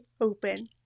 open